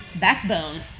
backbone